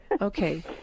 Okay